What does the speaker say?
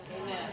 Amen